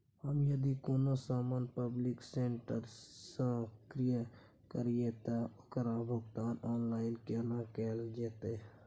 हम यदि कोनो सामान पब्लिक सेक्टर सं क्रय करलिए त ओकर भुगतान ऑनलाइन केना कैल जेतै?